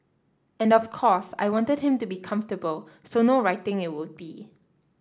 and of course I wanted him to be comfortable so no writing it would be